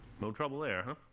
no trouble there.